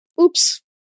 oops